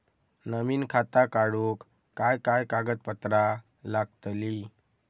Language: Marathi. नवीन खाता काढूक काय काय कागदपत्रा लागतली?